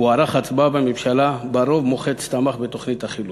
הוא ערך הצבעה בממשלה ובה רוב מוחץ תמך בתוכנית החילוץ.